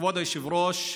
כבוד היושב-ראש,